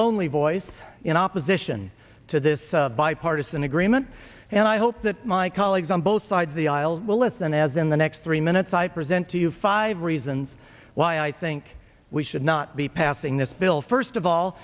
lonely voice in opposition to this bipartisan agreement and i hope my colleagues on both sides the aisle will listen as in the next three minutes i present to you five reasons why i think we should not be passing this bill first of all